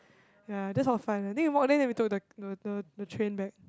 ya just for fun then we walked there then we took the the the the train back